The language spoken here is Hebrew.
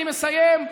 אני מסיים.